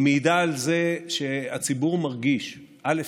היא מעידה על זה שהציבור מרגיש, א.